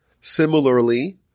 Similarly